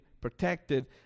protected